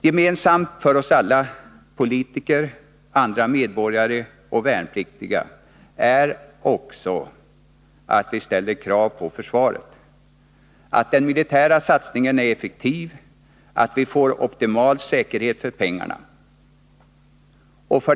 Gemensamt för oss alla — politiker, andra medborgare och värnpliktiga — är att vi ställer krav på försvaret, på att den militära satsningen är effektiv och att vi får optimal säkerhet för pengarna.